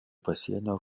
pasienio